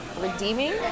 redeeming